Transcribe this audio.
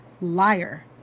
Liar